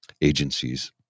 agencies